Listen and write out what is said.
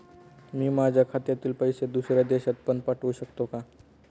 मी माझ्या खात्यातील पैसे दुसऱ्या देशात पण पाठवू शकतो का?